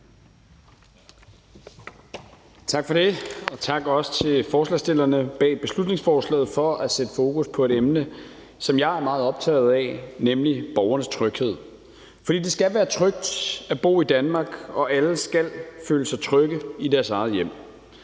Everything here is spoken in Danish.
Tak for det, og tak også til forslagsstillerne bag beslutningsforslaget for at sætte fokus på et emne, som jeg er meget optaget af, nemlig borgernes tryghed. For det skal være trygt at bo i Danmark, og alle skal føle sig trygge i deres eget hjem.